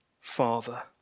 Father